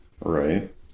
Right